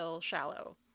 Shallow